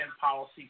Policy